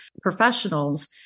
professionals